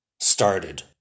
started